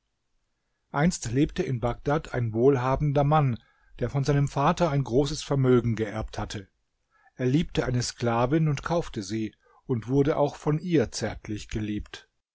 einst lebte in bagdad ein wohlhabender mann der von seinem vater ein großes vermögen geerbt hatte er liebte eine sklavin und kaufte sie und wurde auch von ihr zärtlich geliebt